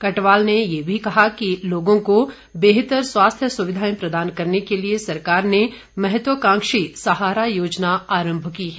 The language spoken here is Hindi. कटवाल ने ये भी कहा कि लोगों को बेहतर स्वास्थ्य सुक्धाएं प्रदान करने के लिए सरकार ने महत्वकांक्षी सहारा योजना आरंभ की है